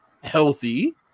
healthy